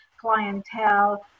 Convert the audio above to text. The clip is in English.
clientele